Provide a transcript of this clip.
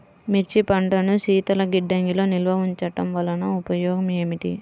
మిర్చి పంటను శీతల గిడ్డంగిలో నిల్వ ఉంచటం వలన ఉపయోగం ఏమిటి?